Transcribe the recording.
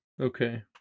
Okay